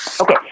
Okay